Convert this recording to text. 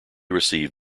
received